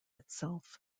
itself